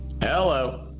Hello